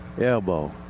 elbow